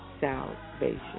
salvation